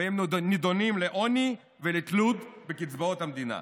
והם נידונים לעוני ולתלות בקצבאות המדינה.